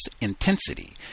intensity